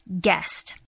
guest